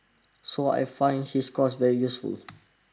so I find his course very useful